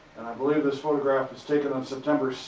and i believe this photograph was taken on september,